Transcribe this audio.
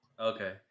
Okay